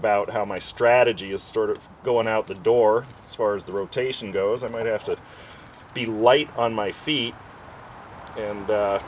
about how my strategy is sort of going out the door as far as the rotation goes i might have to be light on my feet and